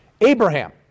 Abraham